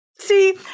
See